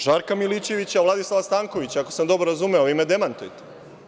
Žarka Milićevića, Vladislava Stankovića, ako sam dobro razumeo, vi me demantujte.